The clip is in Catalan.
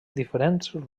diferents